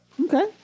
Okay